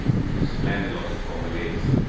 which was land allotted for malays.